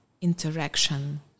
interaction